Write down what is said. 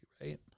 right